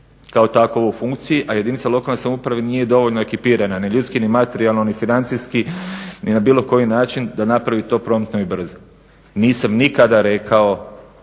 kao takovo u funkciji, a jedinica lokalne samouprave nije dovoljno ekipirana ni ljudski, ni materijalno, ni financijski ni na bilo koji način da napravi to promptno i brzo. Nisam nikada rekao